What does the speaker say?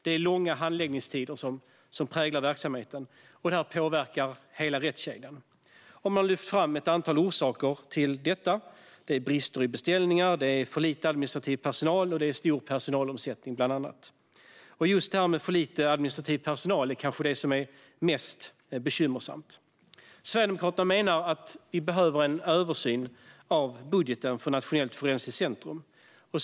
Det är långa handläggningstider som präglar verksamheten, och detta påverkar hela rättskedjan. Riksrevisionens rapport om Polisens forensiska organi-sation Man har lyft fram ett antal orsaker till detta. Det är bland annat brister i beställningar, det är för lite administrativ personal och det är stor personalomsättning. Just detta att det är för lite administrativ personal är kanske det som är mest bekymmersamt. Sverigedemokraterna menar att det behövs en översyn av budgeten för Nationellt forensiskt centrum.